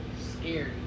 Scary